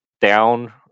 down